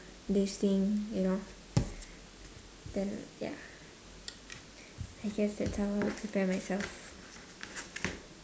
this thing you know then ya I guess that's how I would prepare myself